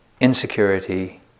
insecurity